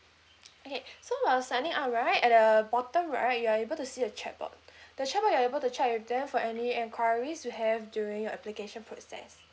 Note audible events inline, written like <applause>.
<noise> okay <breath> so while signing up right at the bottom right you are able to see a chatbot <breath> the chatbot your are able to check with them for any enquiries you have during your application process